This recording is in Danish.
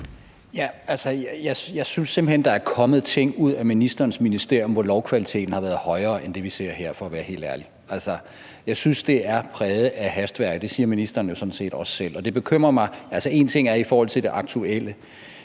Jeg synes simpelt hen, at der er kommet ting ud af ministerens ministerium, hvor lovkvaliteten for at være helt ærlig har været højere end det, vi ser her. Jeg synes, det er præget af hastværk, og det siger ministeren jo sådan set også selv. Det bekymrer mig. Én ting er i forhold til det aktuelle,